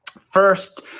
First